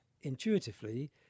intuitively